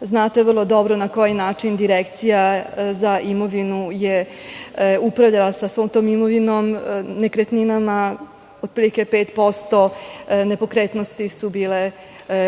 Znate vrlo dobro na koji način direkcija za imovinu je upravljala sa svom tom imovinom, nekretninama, otprilike 5% nepokretnosti su bile